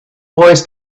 wars